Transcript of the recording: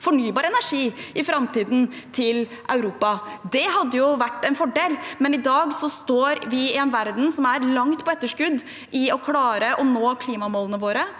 fornybar energi til Europa? Det hadde jo vært en fordel, men i dag står vi i en verden som er langt på etterskudd i å klare å nå klimamålene.